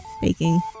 Baking